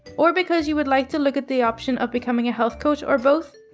or because you would like to look at the option of becoming a health coach, or both.